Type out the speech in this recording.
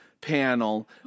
panel